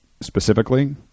specifically